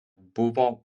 buvo